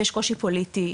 שיש קושי פוליטי,